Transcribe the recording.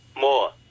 more